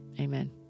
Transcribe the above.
Amen